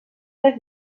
les